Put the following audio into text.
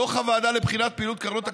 דוח הוועדה לבחינת פעילות קרנות הקולנוע,